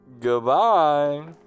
goodbye